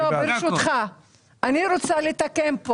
כבודו, ברשותך, אני רוצה לתקן.